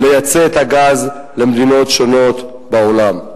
לייצא את הגז למדינות שונות בעולם.